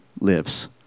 lives